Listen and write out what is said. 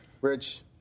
Rich